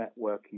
networking